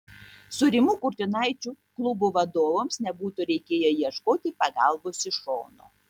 su rimu kurtinaičiu klubo vadovams nebūtų reikėję ieškoti pagalbos iš šono